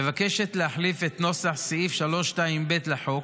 מבקשת להחליף את נוסח סעיף 326(ב) לחוק